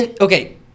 okay